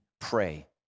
pray